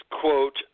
quote